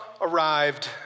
arrived